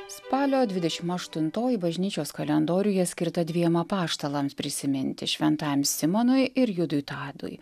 spalio dvidešim aštuntoji bažnyčios kalendoriuje skirta dviem apaštalams prisiminti šventajam simonui ir judui tadui